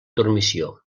dormició